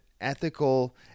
ethical